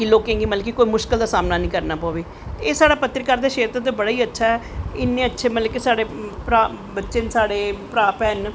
कि लोकें गी कोई मुश्कल दा सामनां नी करनां पवै ते एह् साढ़ा पत्तरकारिया क्षेत्र बड़ा गै अच्छा ऐ इन्ने अच्चे बच्चे न साढ़े भ्राह् भैन न जेह्ड़े कम्म करदे न